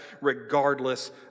regardless